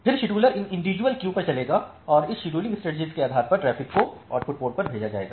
फिर शेड्यूलर इन individual queue पर चलेगा और इस शेड्यूलिंग स्ट्रेटेजी के आधार पर ट्रैफिक को आउटपुट पोर्ट पर भेजेगा